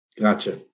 Gotcha